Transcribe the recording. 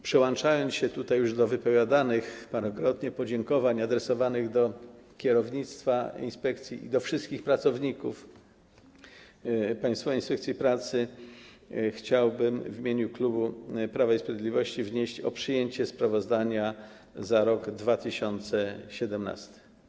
Przyłączając się tutaj do już wypowiadanych parokrotnie podziękowań adresowanych do kierownictwa inspekcji i do wszystkich pracowników Państwowej Inspekcji Pracy, chciałbym w imieniu klubu Prawa i Sprawiedliwości wnieść o przyjęcie sprawozdania za rok 2017.